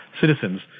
citizens